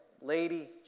lady